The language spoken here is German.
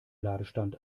ladestand